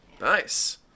Nice